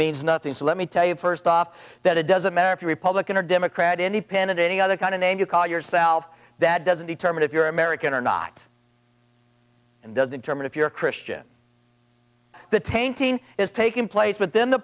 means nothing so let me tell you first off that it doesn't matter if you're republican or democrat independent any other kind of name you call yourself that doesn't determine if you're american or not and does determine if you're christian the tainting is taking place but then the